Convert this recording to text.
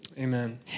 Amen